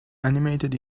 animated